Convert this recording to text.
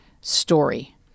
story